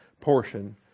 portion